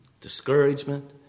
discouragement